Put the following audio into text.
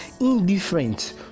indifferent